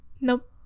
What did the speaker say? Nope